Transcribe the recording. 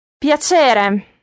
Piacere